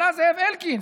אבל אז זאב אלקין,